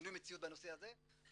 שינוי מציאות בנושא הזה.